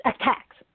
attacks